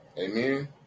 Amen